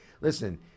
listen